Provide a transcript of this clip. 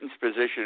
position